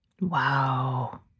Wow